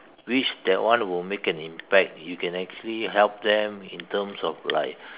which that one will make an impact you can actually help them in terms of like